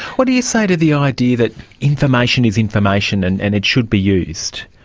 what do you say to the idea that information is information and and it should be used?